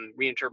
reinterpret